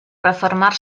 refermar